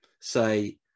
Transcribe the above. say